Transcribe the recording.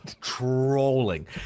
trolling